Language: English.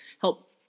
help